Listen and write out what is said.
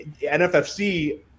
NFFC